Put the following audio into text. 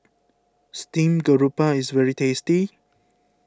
Steamed Garoupa is very tasty